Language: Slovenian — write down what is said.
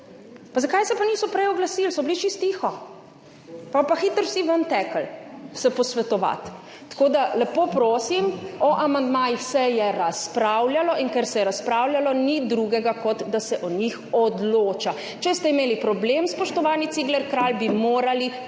no. Zakaj se pa niso prej oglasili? So bili čisto tiho, potem pa se hitro vsi ven tekli posvetovati. Tako da lepo prosim, o amandmajih se je razpravljalo, in ker se je razpravljalo, ni drugega, kot da se o njih odloča. Če ste imeli problem, spoštovani Cigler Kralj, bi morali